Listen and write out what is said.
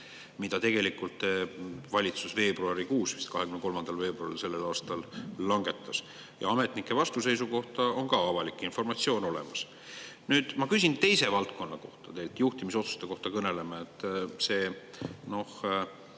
mida tegelikult valitsus veebruarikuus, vist 23. veebruaril sellel aastal langetas. Ja ametnike vastuseisu kohta on ka avalik informatsioon olemas. Nüüd ma küsin teise valdkonna kohta teilt. Juhtimisotsustest kõneleme. [Alguses oli]